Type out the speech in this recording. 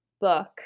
book